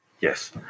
Yes